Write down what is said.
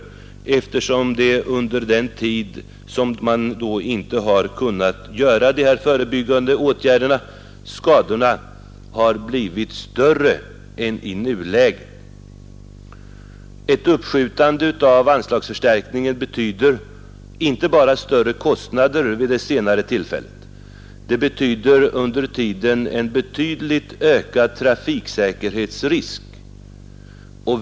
Skadorna hinner nämligen öka väsentligt fram till det slutliga reparationstillfället, då man inte under tiden kunnat vidtaga förebyggande åtgärder. Ett uppskjutande av anslagsförstärkningen betyder inte bara större kostnader vid det senare tillfället utan också under tiden dessförinnan en betydligt ökad trafiksäkerhetsrisk.